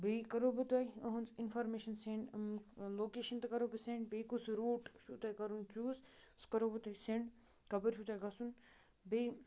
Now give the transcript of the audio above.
بیٚیہِ کَرو بہٕ تۄہہِ أہٕنٛز اِنفارمیشَن سٮ۪نٛڈ یِم لوکیشَن تہٕ کَرو بہٕ سٮ۪نٛڈ بیٚیہِ کُس روٗٹ چھُ تۄہہِ کَرُن چوٗز سُہ کَرو بہٕ تۄہہِ سٮ۪نٛڈ کَپٲرۍ چھُو تۄہہِ گژھُن بیٚیہِ